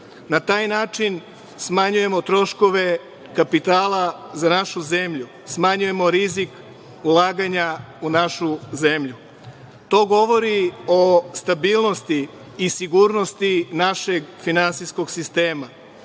Na taj način smanjujemo troškove kapitala za našu zemlju, smanjujemo rizik ulaganja u našu zemlju. To govori o stabilnosti i sigurnosti našeg finansijskog sistema.